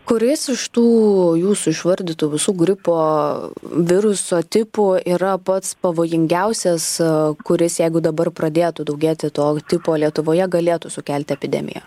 kuris iš tų jūsų išvardytų visų gripo viruso tipų yra pats pavojingiausias kuris jeigu dabar pradėtų daugėti to tipo lietuvoje galėtų sukelti epidemiją